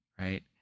right